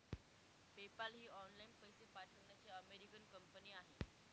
PayPal ही online पैसे पाठवण्याची अमेरिकन कंपनी आहे